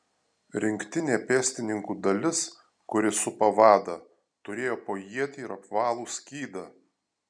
rinktinė pėstininkų dalis kuri supa vadą turėjo po ietį ir apvalų skydą